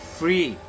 free